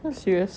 serious